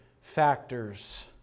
factors